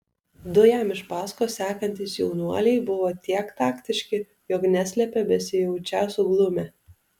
du jam iš paskos sekantys jaunuoliai buvo tiek taktiški jog neslėpė besijaučią suglumę